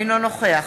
אינו נוכח